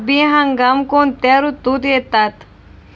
रब्बी हंगाम कोणत्या ऋतूत येतात?